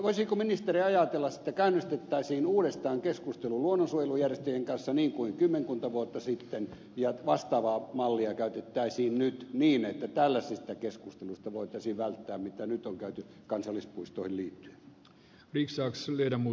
voisiko ministeri ajatella että käynnistettäisiin uudestaan keskustelu luonnonsuojelujärjestöjen kanssa niin kuin kymmenkunta vuotta sitten ja vastaavaa mallia käytettäisiin nyt niin että tällaista keskustelua voitaisiin välttää mitä nyt on käyty kansallispuistoihin liittyen